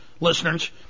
listeners